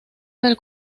del